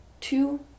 two